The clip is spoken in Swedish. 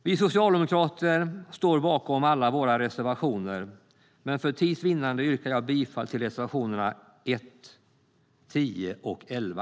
Vi socialdemokrater står bakom alla våra reservationer, men för tids vinnande yrkar jag bifall till reservationerna 1, 10 och 11.